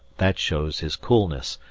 that shows his coolness,